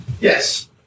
Yes